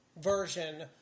version